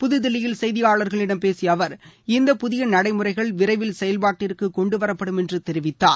புதுதில்லியில் செய்தியாளர்களிடம் பேசிய அவர் இந்த புதிய நடைமுறைகள் விரைவில் செயல்பாட்டிற்கு கொண்டுவரப்படும் என்று தெரிவித்தார்